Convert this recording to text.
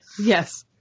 Yes